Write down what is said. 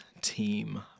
Team